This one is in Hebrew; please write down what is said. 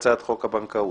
ההחלטה התקבלה.